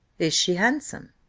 is she handsome?